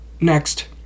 Next